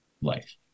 life